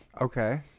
Okay